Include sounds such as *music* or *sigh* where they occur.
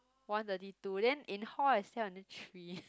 one thirty two then in hall I stay until three *laughs*